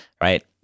right